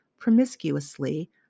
promiscuously